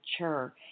mature